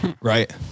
Right